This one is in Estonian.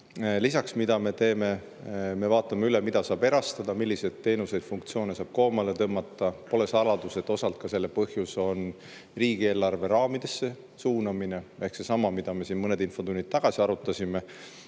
koomale. Mida me teeme? Me vaatame üle, mida saab erastada ning milliseid teenuseid ja funktsioone saab koomale tõmmata. Pole saladus, et osalt on selle põhjus ka riigieelarve raamidesse suunamine ehk seesama, mida me siin mõned infotunnid tagasi arutasime: